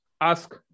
ask